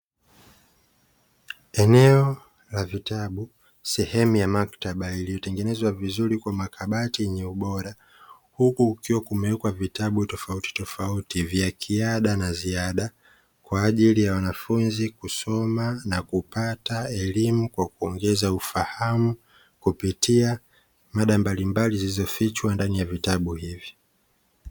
Eneo la vitabu, sehemu ya maktaba iliyotengenezwa vizuri kwa makabati yenye ubora. Huku kukiwa kumewekwa vitabu tofautitofaui vya kiada na ziada, kwa ajili ya wanafunzi kusoma na kupata elimu kwa kuongeza ufahamu, kupitia mada mbalimbali zilizofichwa ndani ya vitabu hivyo.